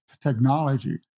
technology